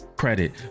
credit